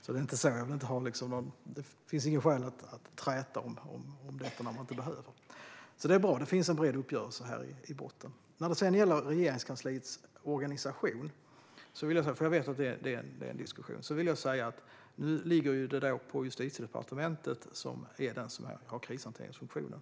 Det finns inget skäl att träta om detta när vi inte behöver göra det. Det är bra - det finns en bred uppgörelse i botten. När det gäller Regeringskansliets organisation vill jag - eftersom jag vet att detta är något som diskuteras - säga att denna fråga sköts av Justitiedepartementet, som har hand om krishanteringsfunktionen.